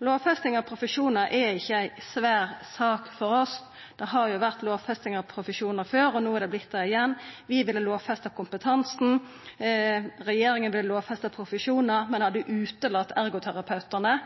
Lovfesting av profesjonar er ikkje ei svær sak for oss. Det har vore lovfesting av profesjonar før, og no har det vorte det igjen. Vi ville lovfesta kompetansen, regjeringa ville lovfesta profesjonar, men hadde utelate ergoterapeutane.